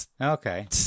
Okay